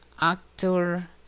actor